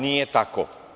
Nije tako.